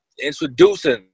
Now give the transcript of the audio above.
introducing